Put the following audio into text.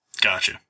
Gotcha